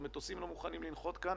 או מטוסים לא מוכנים לנחות כאן,